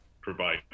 provide